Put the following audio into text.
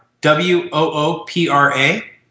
W-O-O-P-R-A